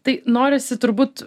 tai norisi turbūt